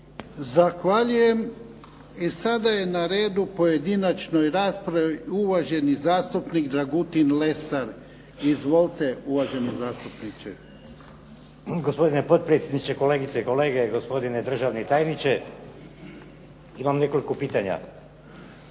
Zahvaljujem. I sada je na redu pojedinačna rasprava. Uvaženi zastupnik Dragutin Lesar. Izvolite uvaženi zastupniče. **Lesar, Dragutin (Nezavisni)** Gospodine potpredsjedniče, kolegice i kolege, gospodine državni tajniče. Imam nekoliko pitanja.